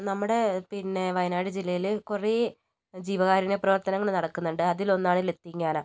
നമ്മുടെ പിന്നെ വയനാട് ജില്ലയിൽ കുറേ ജീവകാരുണ്യ പ്രവർത്തനങ്ങൾ നടക്കുന്നുണ്ട് അതിലൊന്നാണ് ലത്തീംഖാന